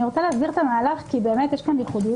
אני רוצה להסביר את המהלך כי באמת יש כאן ייחודיות